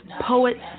poets